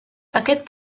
aquest